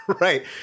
Right